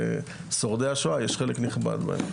שלשורדי השואה יש חלק נכבד בהם.